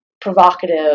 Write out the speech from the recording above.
provocative